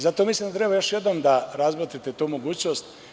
Zato mislim da treba još jednom da razmotrite tu mogućnost.